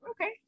okay